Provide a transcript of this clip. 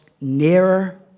nearer